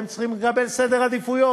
והם צריכים לקבל לפי סדר העדיפויות.